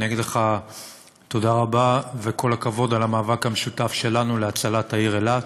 אני אגיד לך תודה רבה וכל הכבוד על המאבק המשותף שלנו להצלת העיר אילת,